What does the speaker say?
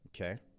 Okay